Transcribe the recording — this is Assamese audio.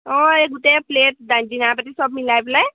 অঁ এই গোটেই প্লেট ডিনাৰ পাতি চব মিলাই পেলাই